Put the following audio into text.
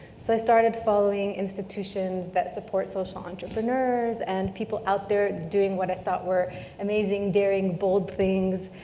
so i started following institutions that support social entrepreneurs and people out there doing what i thought were amazing, daring, bold things,